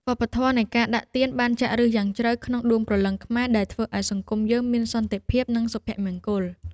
វប្បធម៌នៃការដាក់ទានបានចាក់ឫសយ៉ាងជ្រៅក្នុងដួងព្រលឹងខ្មែរដែលធ្វើឱ្យសង្គមយើងមានសន្តិភាព និងសុភមង្គល។